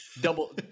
Double